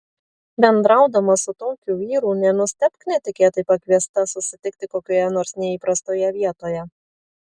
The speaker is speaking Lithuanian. bendraudama su tokiu vyru nenustebk netikėtai pakviesta susitikti kokioje nors neįprastoje vietoje